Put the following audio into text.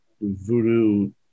voodoo